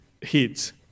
hits